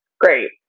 great